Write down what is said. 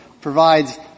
provides